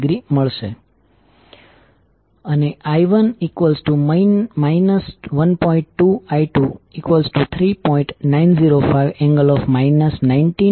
6° મળશે અને I1 1